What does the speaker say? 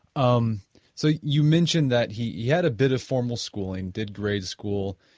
um so, you mentioned that he yeah had a bit of formal school and did grad school,